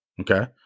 okay